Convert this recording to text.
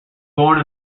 born